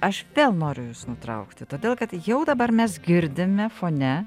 aš vėl noriu jus nutraukti todėl kad jau dabar mes girdime fone